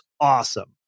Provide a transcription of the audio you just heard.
awesome